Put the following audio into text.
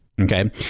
Okay